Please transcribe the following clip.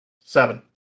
Seven